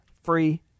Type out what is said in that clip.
free